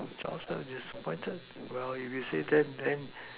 just disappointed well you said that then